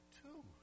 two